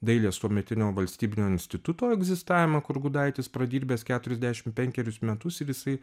dailės tuometinio valstybinio instituto egzistavimą kur gudaitis pradirbęs keturiasdešim penkerius metus ir jisai